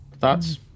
thoughts